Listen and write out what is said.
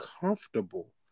comfortable